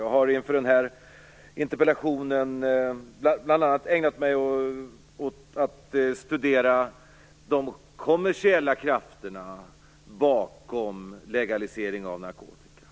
Jag har inför den här interpellationen bl.a. ägnat mig åt att studera de kommersiella krafterna bakom legaliseringen av narkotika.